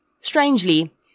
Strangely